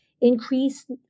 increase